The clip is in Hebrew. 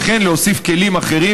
וכן להוסיף כלים אחרים,